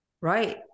right